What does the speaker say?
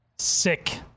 sick